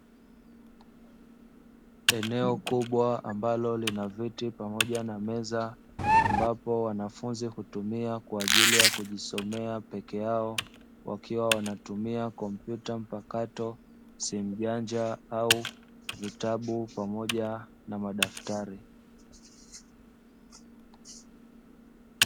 Eneo kubwa ambalo lina viti pamoja na meza ambapo wanafunzi hutumia kwa ajili ya kujisomea peke yao wakiwa wanatumia kompyuta mpakato simujanja au vitabu pamoja na madaftari.